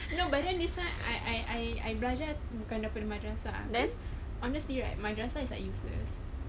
you know but then this [one] I I I I belajar bukan daripada madrasah honestly right madrasah it's like useless